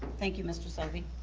thank you, mr. sovey.